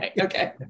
Okay